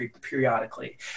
periodically